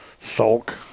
sulk